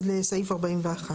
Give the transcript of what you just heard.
זה סעיף (4).